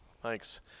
Thanks